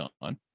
on